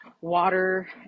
water